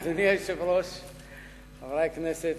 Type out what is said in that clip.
אדוני היושב-ראש, חברי הכנסת,